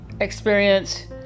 experience